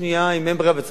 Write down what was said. אם אין ברירה וצריך לגבות,